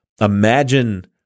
imagine